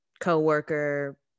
co-worker